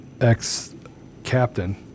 ex-captain